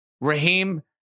Raheem